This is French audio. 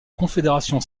confédération